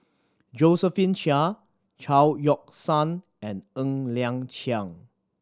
Josephine Chia Chao Yoke San and Ng Liang Chiang